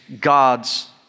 God's